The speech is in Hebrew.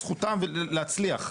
זכותם להרוויח.